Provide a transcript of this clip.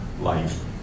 life